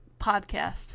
podcast